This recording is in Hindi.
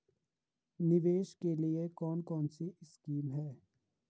निवेश के लिए कौन कौनसी स्कीम हैं?